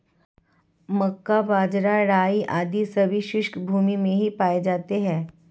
मक्का, बाजरा, राई आदि सभी शुष्क भूमी में ही पाए जाते हैं